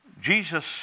Jesus